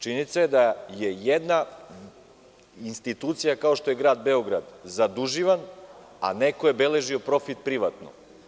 Činjenica je da je jedna institucija kao što je grad Beograd zaduživan, a neko je beležio profit privatno.